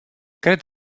cred